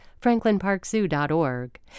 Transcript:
franklinparkzoo.org